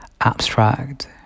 abstract